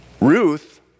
Ruth